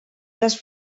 les